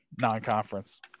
Non-conference